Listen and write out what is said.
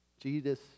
Jesus